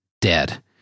dead